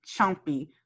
Chumpy